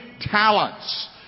talents